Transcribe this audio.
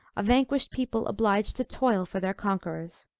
a vanquished people obliged to toil for their conquerors.